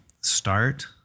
start